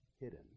hidden